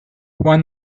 one